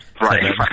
Right